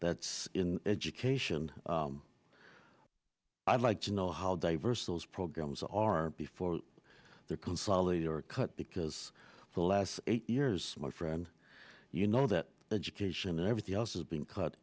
that's in education i'd like to know how diverse those programs are before they're consolidated or cut because the last eight years of my friend you know that education and everything else has be